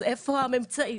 אז איפה הממצאים